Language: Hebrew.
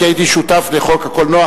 כי הייתי שותף לחוק הקולנוע,